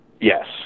Yes